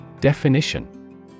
Definition